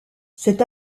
cet